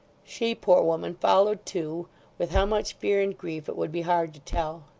she, poor woman, followed too with how much fear and grief it would be hard to tell.